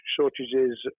shortages